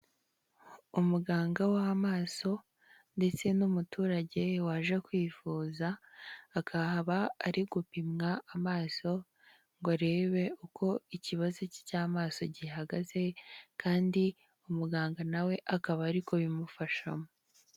Umuganga w'amaso ndetse n'umuturage waje kwivuza, akaba ari gupimwa amaso, ngo arebe uko ikibazo cye cy'amaso gihagaze kandi umuganga na we akaba ari kubimufashamo.